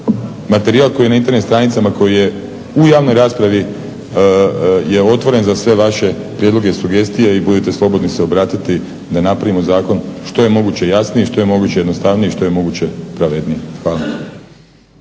Materijal koji je na Internet stranici koji je u javnoj raspravi je otvoren za sve vaše prijedloge i sugestije i budite slobodni se obratiti da napravimo zakon što je moguće jasnije, što je moguće jednostavnije i što je moguće pravednije. Hvala.